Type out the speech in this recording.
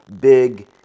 big